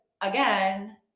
again